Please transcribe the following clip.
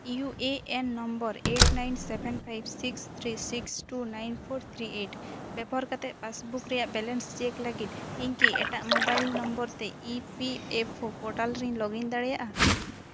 U A N number eight nine seven five six three six two nine four three eight ᱵᱮᱵᱚᱦᱟᱨ ᱠᱟᱛᱮᱫ passbook ᱨᱮᱭᱟᱜ balance check ᱞᱟᱹᱜᱤᱫ ᱤᱧᱠᱤ ᱮᱴᱟᱜ mobile ᱱᱚᱢᱵᱚᱨᱛᱮ E P F O portal ᱨᱮᱧ login ᱫᱟᱲᱮᱭᱟᱜᱼᱟ